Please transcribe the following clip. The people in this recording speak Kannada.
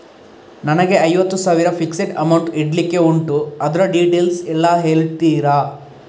ನನಗೆ ಐವತ್ತು ಸಾವಿರ ಫಿಕ್ಸೆಡ್ ಅಮೌಂಟ್ ಇಡ್ಲಿಕ್ಕೆ ಉಂಟು ಅದ್ರ ಡೀಟೇಲ್ಸ್ ಎಲ್ಲಾ ಹೇಳ್ತೀರಾ?